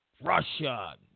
Russia